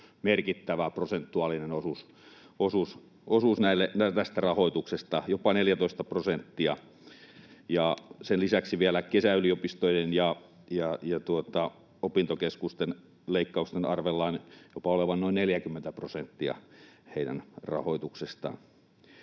merkittävä prosentuaalinen osuus tästä rahoituksesta, jopa 14 prosenttia. Sen lisäksi vielä kesäyliopistojen ja opintokeskusten leikkausten arvellaan olevan jopa noin 40 prosenttia heidän rahoituksestaan.